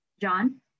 John